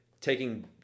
taking